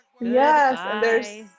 Yes